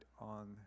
on